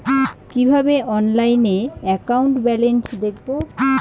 কিভাবে অনলাইনে account balance দেখবো?